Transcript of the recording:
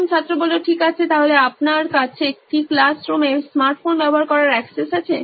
প্রথম ছাত্র ঠিক আছে তাহলে আপনার কাছে কি ক্লাসরুমে স্মার্টফোন ব্যবহার করার অ্যাক্সেস দেওয়া আছে